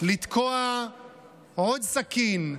לתקוע עוד סכין,